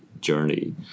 journey